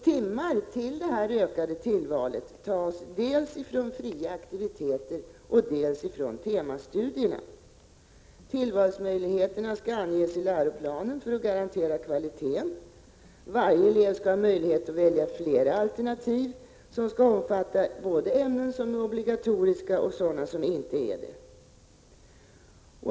Timmar till det här utökade tillvalet tas dels från fria aktiviteter, dels från temastudierna. Tillvalsmöjligheterna skall anges i läroplanen för att kvaliteten skall garanteras. Varje elev skall ha möjlighet att välja flera alternativ, som skall omfatta både obligatoriska och icke obligatoriska ämnen.